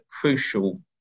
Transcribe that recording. crucial